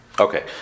Okay